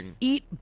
eat